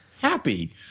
happy